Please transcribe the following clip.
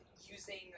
using